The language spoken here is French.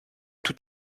tout